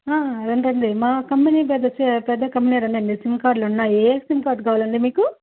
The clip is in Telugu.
రండిరండి మా కంపెనీ పెద్ద పెద్ద కంపెనీ అండి రెండు సిమ్ కార్డ్లు ఉన్నాయి ఏ ఏ సిమ్ కార్డ్ కావాలండి మీకు